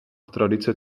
tradice